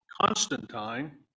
Constantine